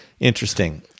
Interesting